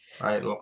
right